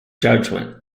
judgment